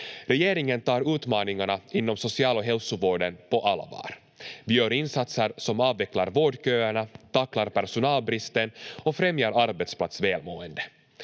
Regeringen tar utmaningarna inom social- och hälsovården på allvar. Vi gör insatser som avvecklar vårdköerna, tacklar personalbristen och främjar arbetsplatsvälmåendet.